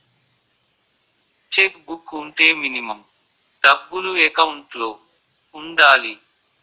Check book వుంటే minimum డబ్బులు account లో ఉండాలి?